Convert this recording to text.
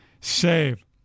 save